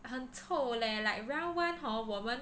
很臭 leh like round one hor 我们